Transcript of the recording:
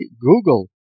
Google